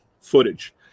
footage